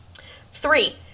Three